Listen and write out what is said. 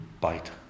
bite